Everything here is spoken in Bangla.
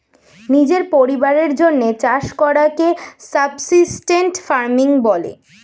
নিজের পরিবারের জন্যে চাষ করাকে সাবসিস্টেন্স ফার্মিং বলে